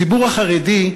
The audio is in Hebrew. הציבור החרדי,